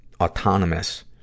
autonomous